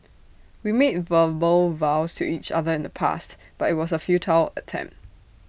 we made verbal vows to each other in the past but IT was A futile attempt